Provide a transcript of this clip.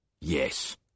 Yes